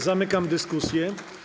Zamykam dyskusję.